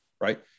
right